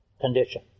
condition